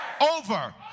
over